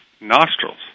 nostrils